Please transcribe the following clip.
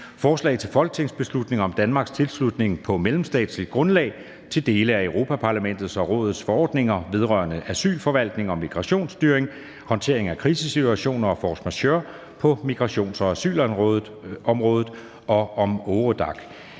Forslag til folketingsbeslutning om Danmarks tilslutning på mellemstatsligt grundlag til dele af Europa-Parlamentets og Rådets forordninger vedrørende asylforvaltning og migrationsstyring, håndtering af krisesituationer og force majeure på migrations- og asylområdet og om Eurodac.